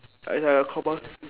it's like a compulsory